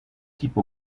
type